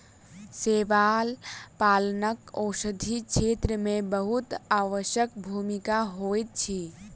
शैवाल पालनक औषधि क्षेत्र में बहुत आवश्यक भूमिका होइत अछि